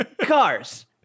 cars